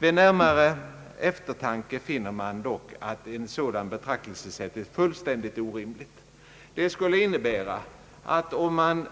Vid närmare eftertanke framstår dock ett sådant betraktelsesätt som fullständigt orimligt. Om man